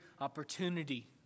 opportunity